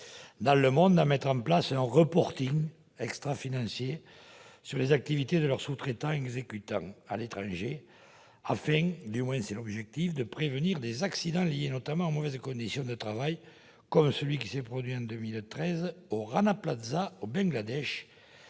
dans le monde à mettre en place un reporting extrafinancier sur les activités de leurs sous-traitants et exécutants à l'étranger afin- c'est l'objectif affiché -de prévenir des accidents liés notamment aux mauvaises conditions de travail, comme celui survenu en 2013 au Rana Plaza, au Bangladesh,